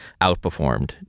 outperformed